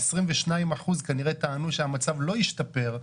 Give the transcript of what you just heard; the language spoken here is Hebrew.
ה-22% כנראה טענו שהמצב לא השתפר.